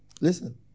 Listen